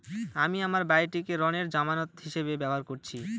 আমি আমার বাড়িটিকে ঋণের জামানত হিসাবে ব্যবহার করেছি